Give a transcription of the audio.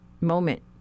moment